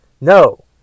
No